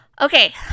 okay